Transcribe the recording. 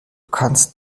kannst